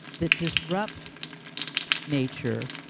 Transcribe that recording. that disrupts nature